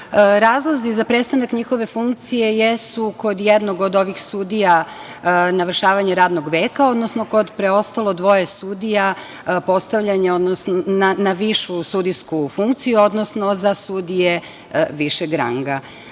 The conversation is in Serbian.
Razlozi za prestanak njihove funkcije jesu, kod jednog ovih sudija, navršavanje radnog veka, odnosno kod preostalo dvoje sudija, postavljanje na višu sudijsku funkciju, odnosno za sudije višeg ranga. Ja